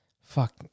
Fuck